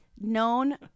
known